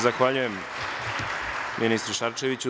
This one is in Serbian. Zahvaljujem ministre Šarčeviću.